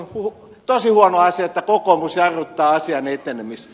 on tosi huono asia että kokoomus jarruttaa asian etenemistä